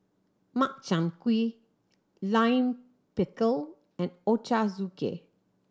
Makchang Gui Lime Pickle and Ochazuke